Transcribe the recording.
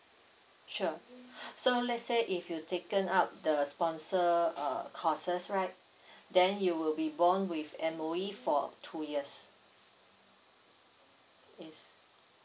sure so let's say if you taken up the sponsor uh courses right then you will be bond with M_O_E for two years yes